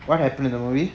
what happened in the movie